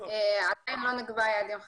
עדיין לא נקבעו יעדים חדשים.